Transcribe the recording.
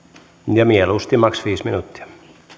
ja mieluusti maks viisi minuuttia